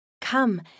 Come